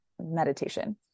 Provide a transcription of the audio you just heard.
meditation